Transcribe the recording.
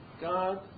God